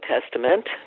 Testament